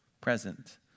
present